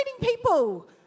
people